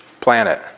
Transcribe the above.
planet